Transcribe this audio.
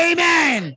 Amen